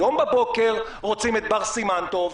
היום בבוקר רוצים את בר סימן טוב.